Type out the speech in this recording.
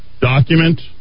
document